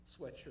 sweatshirt